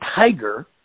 Tiger